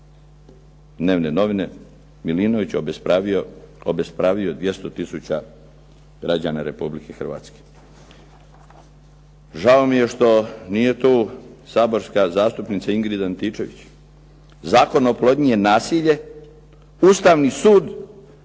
dnevne novine. Milinović obespravio 200 tisuća građana Republike Hrvatske. Žao mi je što nije tu saborska zastupnica Ingrid Antičević. Zakon o oplodnji je nasilje, Ustavni sud,